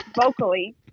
vocally